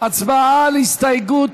לסעיף 1